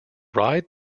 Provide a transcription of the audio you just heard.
ride